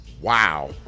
wow